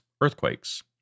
earthquakes